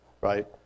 right